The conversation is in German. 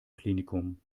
klinikum